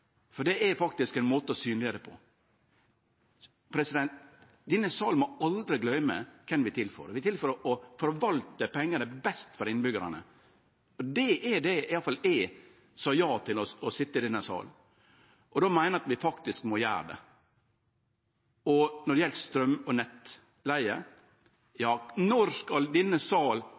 det på. Denne salen må aldri gløyme kven vi er til for: Vi er til å forvalte pengane best for innbyggjarane. Det er det som gjorde at iallfall eg sa ja til å sitje i denne salen, og då meiner eg at vi faktisk må gjere det. Når det gjeld straum og nettleige: Når skal denne